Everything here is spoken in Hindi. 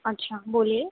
अच्छा बोलिए